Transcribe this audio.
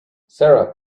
sara